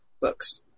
books